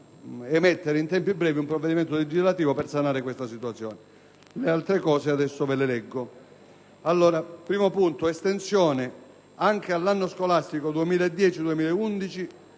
riguarda l'«estensione anche all'anno scolastico 2010-2011